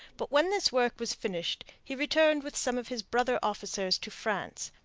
but when this work was finished he returned with some of his brother officers to france,